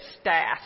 staff